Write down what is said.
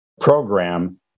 program